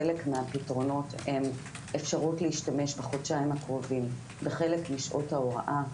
חלק מהפתרונות הם אפשרות להשתמש בחודשיים הקרובים בחלק משעות ההוראה,